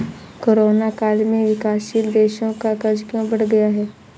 Corona काल में विकासशील देशों का कर्ज क्यों बढ़ गया है?